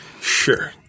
Sure